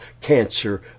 cancer